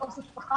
(הקשר מתנתק).